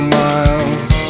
miles